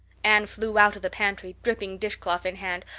anne flew out of the pantry, dripping dishcloth in hand.